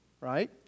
right